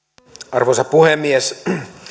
arvoisa puhemies